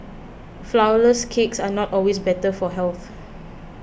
Flourless Cakes are not always better for health